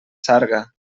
sarga